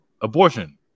abortion